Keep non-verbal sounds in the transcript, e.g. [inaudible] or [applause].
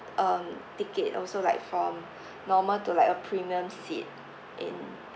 um ticket also like from [breath] normal to like a premium seat in